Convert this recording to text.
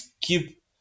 keep